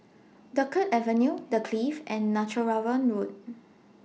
Dunkirk Avenue The Clift and Netheravon Road